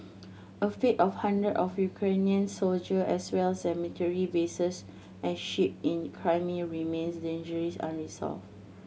a fate of hundred of Ukrainian soldier as well as military bases and ship in Crimea remains dangerously unresolved